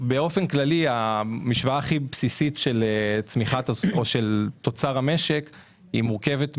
המשוואה הכי בסיסית של תוצר לנפש מורכבת מעובדים,